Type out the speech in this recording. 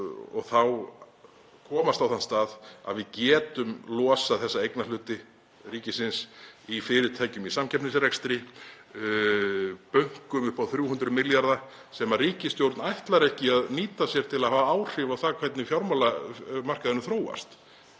og komast þá á þann stað að við getum losað þessa eignarhluti ríkisins í fyrirtækjum í samkeppnisrekstri, bönkum, upp á 300 milljarða, sem ríkisstjórn ætlar ekki að nýta sér til að hafa áhrif á það hvernig fjármálamarkaðurinn þróast.